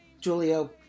Julio